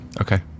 Okay